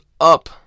up